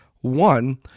One